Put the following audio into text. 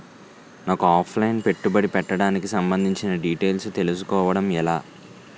నాకు offline పెట్టుబడి పెట్టడానికి సంబందించిన డీటైల్స్ తెలుసుకోవడం ఎలా?